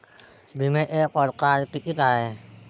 बिम्याचे परकार कितीक हाय?